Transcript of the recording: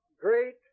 great